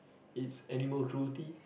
it's animal cruelty